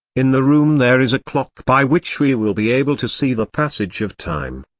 in the room there is a clock by which we will be able to see the passage of time.